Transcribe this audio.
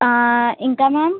ఆ ఇంకా మ్యామ్